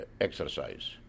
exercise